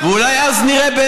אף אחד לא ביקש שאני אצביע.